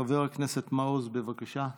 חבר הכנסת מעוז, בבקשה.